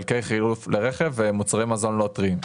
חלקי חילוף לרכב ומוצרי מזון לא טריים.